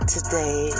Today